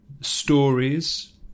stories